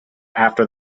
after